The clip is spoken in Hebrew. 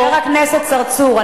חבר הכנסת צרצור,